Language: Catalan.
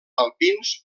alpins